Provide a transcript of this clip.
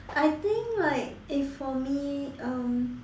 I think like if for me um